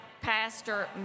pastor